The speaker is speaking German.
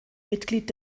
mitglied